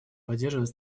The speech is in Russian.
поддерживать